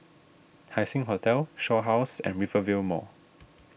Haising Hotel Shaw House and Rivervale Mall